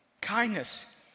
kindness